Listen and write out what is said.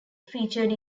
featured